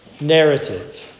narrative